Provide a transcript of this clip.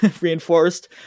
Reinforced